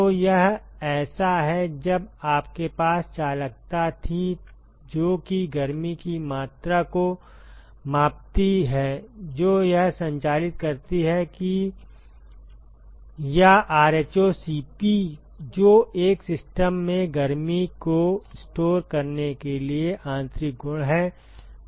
तो यह ऐसा है जब आपके पास चालकता थी जो कि गर्मी की मात्रा को मापती है जो यह संचालित करती है या rho Cp जो एक सिस्टम में गर्मी को स्टोर करने के लिए आंतरिक गुण है